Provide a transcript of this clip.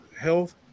health